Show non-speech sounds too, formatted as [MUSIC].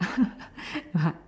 [LAUGHS]